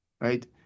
Right